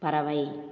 பறவை